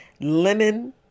lemon